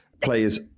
players